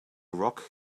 rock